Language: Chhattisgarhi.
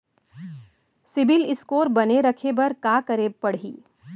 सिबील स्कोर बने रखे बर का करे पड़ही?